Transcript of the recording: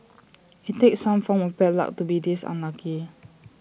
IT takes some form of bad luck to be this unlucky